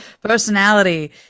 personality